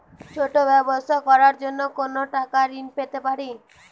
ছোট ব্যাবসা করার জন্য কতো টাকা ঋন পেতে পারি?